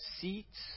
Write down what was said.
seats